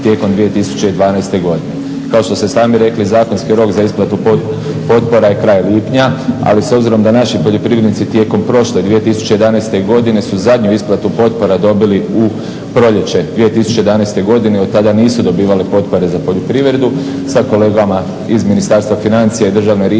tijekom 2012.godine. Kao što ste sami rekli zakonski rok za isplatu potpora je krajem lipnja, ali s obzirom da naši poljoprivrednici tijekom prošle 2011.godine su zadnju isplatu potpora dobili u proljeće 2011.godini i od tada nisu dobivali potpore za poljoprivredu sa kolegama iz Ministarstva financija i Državne riznice